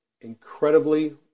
incredibly